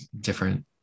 different